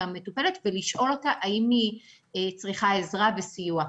המטופלת ולשאול אותה האם היא צריכה עזרה וסיוע.